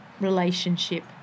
relationship